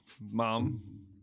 Mom